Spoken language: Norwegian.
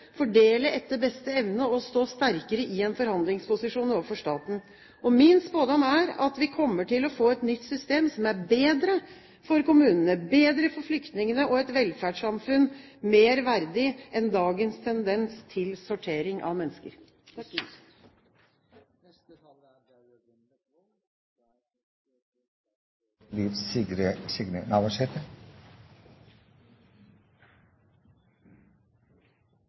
fordele etter beste evne og stå sterkere i en forhandlingsposisjon overfor staten. Min spådom er at vi kommer til å få et nytt system som er bedre for kommunene, bedre for flyktningene, og et velferdssamfunn mer verdig enn dagens tendens til sortering av mennesker.